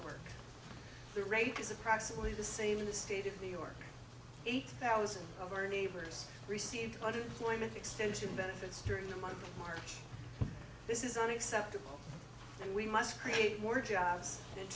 work the rate is approximately the same in the state of new york eight thousand of our neighbors received unemployment extension benefits during the month of march this is unacceptable and we must create more jobs and